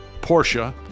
Porsche